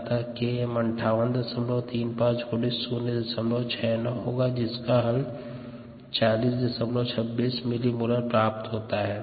अतः Km 5835 × 069 होगा जिसका हल 4026 मिलीमोलर प्राप्त होता है